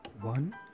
one